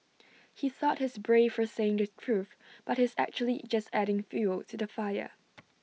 he thought he's brave for saying the truth but he's actually just adding fuel to the fire